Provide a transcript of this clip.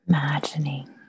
Imagining